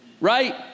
Right